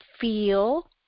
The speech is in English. feel